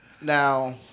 Now